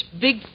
big